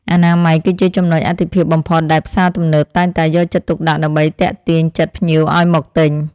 អនាម័យគឺជាចំណុចអាទិភាពបំផុតដែលផ្សារទំនើបតែងតែយកចិត្តទុកដាក់ដើម្បីទាក់ទាញចិត្តភ្ញៀវឱ្យមកទិញ។